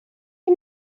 you